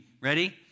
Ready